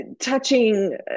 touching